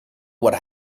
what